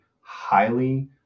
highly